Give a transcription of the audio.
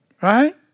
Right